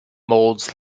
molds